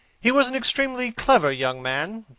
he was an extremely clever young man,